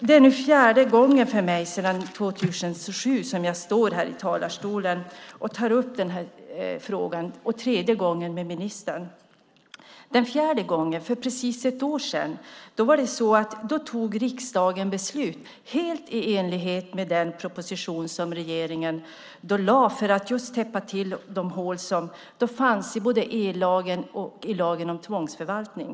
Det är nu fjärde gången för mig sedan 2007 som jag står här i talarstolen och tar upp den här frågan - och det är tredje gången med ministern. För precis ett år sedan tog riksdagen beslut helt i enlighet med den proposition som regeringen då lade fram för att just täppa till de hål som fanns i både ellagen och lagen om tvångsförvaltning.